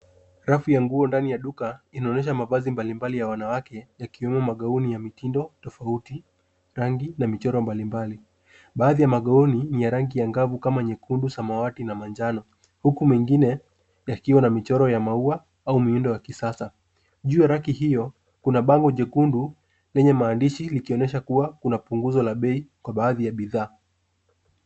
Rafu ya nguo ndani ya duka inaonyesha mavazi mbalimbali ya wanawake yakiwemo magauni ya mitindo tofauti rangi na michoro mbalimbali. Baadhi ya magauni ya rangi ya angavu kama nyekundu, samawati na manjano huku mengine yakiwa na michoro ya maua au miundo ya kisasa. Juu ya raki hiyo kuna bango jekundu lenye maandishi likionyesha kuwa kuna punguzo la bei kwa baadhi ya bidhaa.